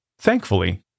Thankfully